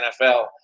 NFL